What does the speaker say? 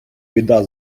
біда